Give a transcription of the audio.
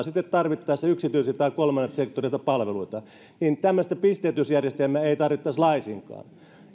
sitten tarvittaessa yksityiseltä tai kolmannelta sektorilta palveluita eli tämmöistä pisteytysjärjestelmää ei tarvittaisi laisinkaan